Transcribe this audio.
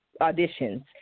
auditions